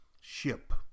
ship